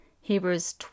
Hebrews